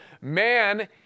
man